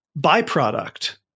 byproduct